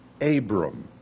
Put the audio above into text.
Abram